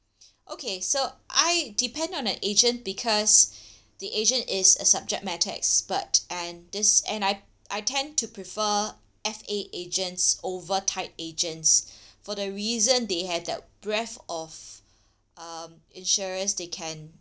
okay so I depend on an agent because the agent is a subject matter expert and this and I I tend to prefer F_A agents over tied agents for the reason they have that breath of um insurers they can